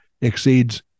exceeds